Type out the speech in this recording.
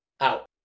out